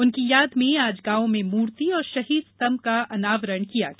उनकी याद में आज गांव में मूर्ति और शहीद स्तंभ का अनावरण किया गया